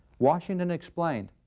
washington explained,